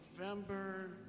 November